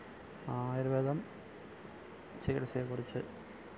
ആയുര്വേദം ചികിത്സയെക്കുറിച്ച്